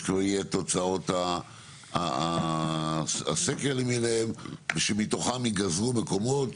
כבר יהיה תוצאות הסקר למיניהם ושמתוכם ייגזרו מקומות